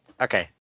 Okay